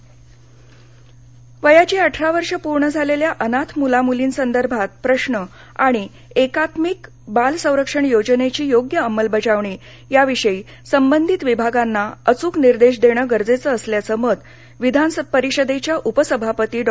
गोऱ्हे वयाची अठरा वर्षे पूर्ण झालेल्या अनाथ मुला मुलींसंदर्भातील प्रश्न आणि एकात्मिक बाल संरक्षण योजनेची योग्य अंमलबजावणी याविषयी संबंधित विभागांना अचूक निर्देश देणे गरजेचे असल्याचे मत विधानपरिषदेच्या उपसभापती डॉ